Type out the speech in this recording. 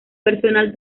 personal